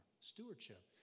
Stewardship